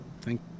Thank